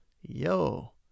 Yo